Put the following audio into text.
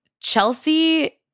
Chelsea